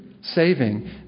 saving